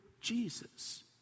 Jesus